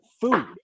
food